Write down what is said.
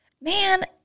Man